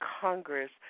Congress